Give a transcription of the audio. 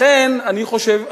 לכן אני חושב,